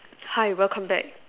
hi welcome back